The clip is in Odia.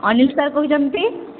ଅନିଲ ସାର୍ କହୁଛନ୍ତି